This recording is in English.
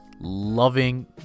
loving